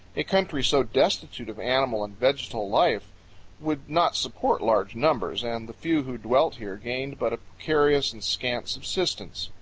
a country so destitute of animal and vegetal life would not support large numbers, and the few who dwelt here gained but a precarious and scant subsistence.